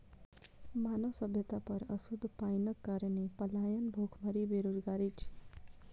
मानव सभ्यता पर अशुद्ध पाइनक कारणेँ पलायन, भुखमरी, बेरोजगारी अछि